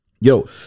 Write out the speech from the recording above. Yo